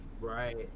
Right